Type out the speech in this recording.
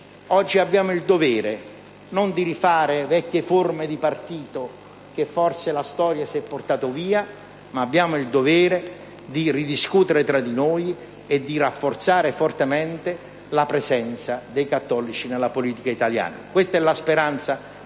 oggi abbiamo il dovere, non di rifare vecchie forme di partito che forse la storia si è portata via, ma di ridiscutere tra di noi e di rafforzare fortemente la nostra presenza nella politica italiana. Questa è la speranza che lui